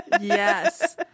yes